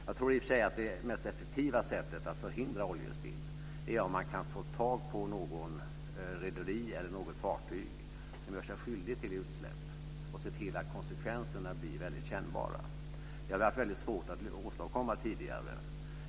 Jag tror i och för sig att det mest effektiva sättet att förhindra oljespill är att få tag på något rederi eller fartyg som gör sig skyldig till utsläpp och se till att konsekvenserna blir kännbara. Det har varit svårt att åstadkomma tidigare.